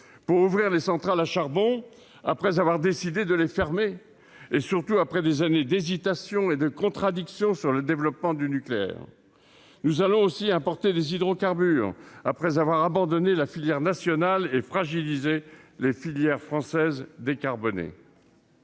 pour rouvrir les centrales à charbon après avoir décidé de les fermer et, surtout, après des années d'hésitations et de contradictions sur le développement du nucléaire ! Nous allons aussi importer des hydrocarbures après avoir abandonné la filière nationale et fragilisé les filières françaises décarbonées.